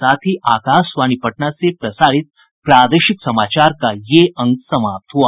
इसके साथ ही आकाशवाणी पटना से प्रसारित प्रादेशिक समाचार का ये अंक समाप्त हुआ